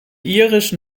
irisch